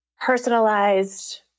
personalized